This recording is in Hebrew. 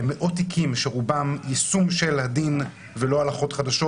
שהוא דן במאות תיקים שרובם יישום של הדין ולא הלכות חדשות